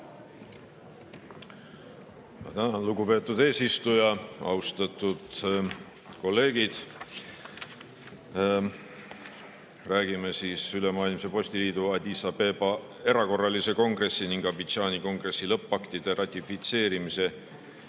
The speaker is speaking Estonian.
lugupeetud eesistuja! Austatud kolleegid! Räägime Ülemaailmse Postiliidu Addis Abeba erakorralise kongressi ning Abidjani kongressi lõppaktide ratifitseerimise